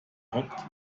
hockt